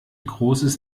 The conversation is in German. großes